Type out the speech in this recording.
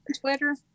Twitter